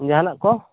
ᱡᱟᱦᱟᱱᱟᱜ ᱠᱚ